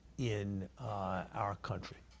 in our country.